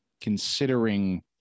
considering